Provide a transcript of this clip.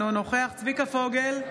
אינו נוכח צביקה פוגל,